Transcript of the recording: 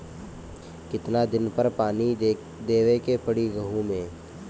कितना दिन पर पानी देवे के पड़ी गहु में?